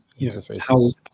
interfaces